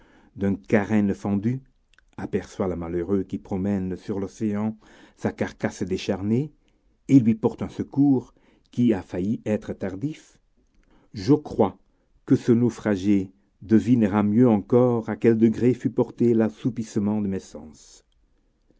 d'une carène fendue aperçoit le malheureux qui promène sur l'océan sa carcasse décharnée et lui porte un secours qui a failli être tardif je crois que ce naufragé devinera mieux encore à quel degré fut porté l'assoupissement de mes sens